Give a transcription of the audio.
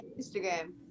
Instagram